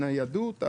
הניידות,